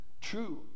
true